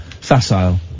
facile